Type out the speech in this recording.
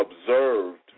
observed